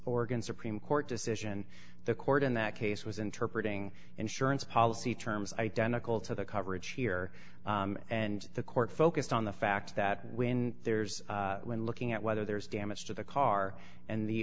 oregon supreme court decision the court in that case was interpreted ng insurance policy terms identical to the coverage here and the court focused on the fact that when there's when looking at whether there is damage to the car and the